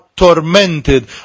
tormented